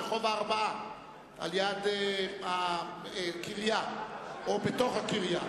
רחוב הארבעה על-יד הקריה או בתוך הקריה.